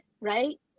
right